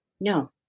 No